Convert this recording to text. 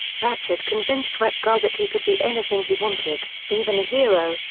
ratchet convinced wreck-gar that he could be anything he wanted, even a hero,